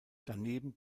daneben